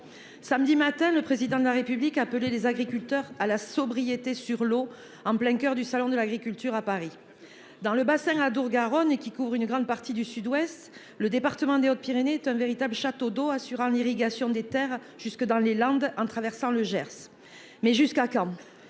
Samedi matin, le président de la République a appelé les agriculteurs à la sobriété sur l'eau en plein coeur du salon de l'agriculture à Paris dans le bassin Adour-Garonne et qui couvre une grande partie du Sud-Ouest, le département des Hautes-Pyrénées, est un véritable château d'eau assurant l'irrigation des Terres jusque dans les Landes en traversant le Gers. Mais jusqu'à quand.